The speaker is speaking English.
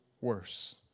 worse